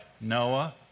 Noah